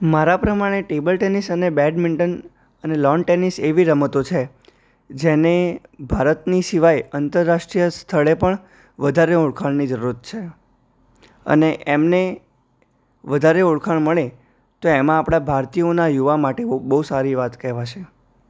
મારા પ્રમાણે table tennis અને બેડમિન્ટન અને લોન ટેનિસ એવી રમતો છે જેને ભારતની સિવાય આંતરરાષ્ટ્રીય સ્તરે પણ વધારે ઓળખાણની જરૂરત છે અને એમને વધારે ઓળખાણ મળે તો એમાં આપણા ભારતીયોના યુવા માટે બહુ સારી વાત કહેવાશે